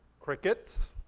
crickets,